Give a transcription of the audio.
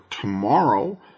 tomorrow